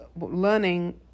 learning